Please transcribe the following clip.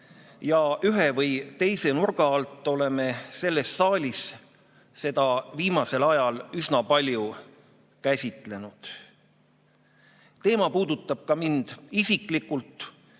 ja ühe või teise nurga alt oleme selles saalis seda viimasel ajal üsna palju käsitlenud. Teema puudutab mind ka isiklikult.